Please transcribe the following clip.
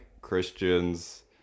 christians